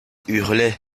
hurlaient